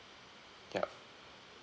yup